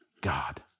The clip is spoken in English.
God